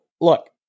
look